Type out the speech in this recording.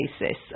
basis